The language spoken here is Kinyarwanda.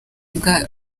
bwa